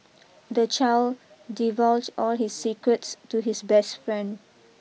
the child divulged all his secrets to his best friend